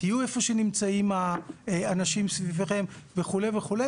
תהיו איפה שנמצאים האנשים סביבכם וכו' וכו'.